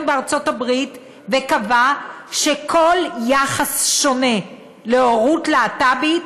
בארצות הברית וקבע שכל יחס שונה להורות להט"בית